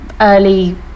early